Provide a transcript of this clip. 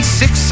six